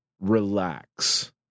Relax